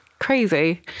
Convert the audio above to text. Crazy